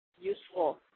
useful